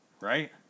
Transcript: right